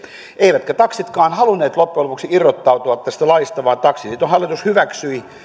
eivätkä taksitkaan halunneet loppujen lopuksi irrottautua tästä laista vaan taksiliiton hallitus hyväksyi